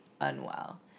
unwell